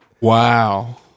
Wow